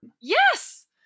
Yes